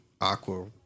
Aqua